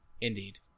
Indeed